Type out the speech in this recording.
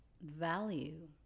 value